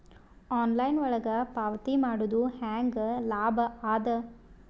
Online ಒಳಗ ಪಾವತಿ ಮಾಡುದು ಹ್ಯಾಂಗ ಲಾಭ ಆದ?